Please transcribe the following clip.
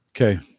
Okay